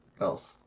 else